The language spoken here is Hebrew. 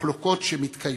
מחלוקות שמתקיימות.